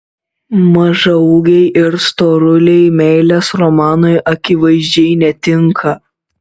mažaūgiai ir storuliai meilės romanui akivaizdžiai netinka